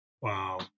Wow